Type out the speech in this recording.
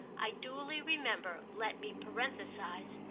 i duly remember, let me parenthesise,